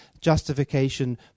justification